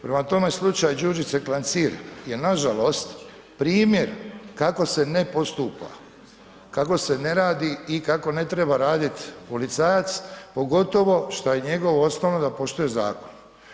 Prema tome, slučaj Đurđice Klancir je nažalost primjer kako se ne postupa, kako se ne radi i kako ne treba radit policajac, pogotovo šta je njegovo osnovno da poštuje zakon.